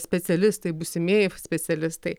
specialistai būsimieji specialistai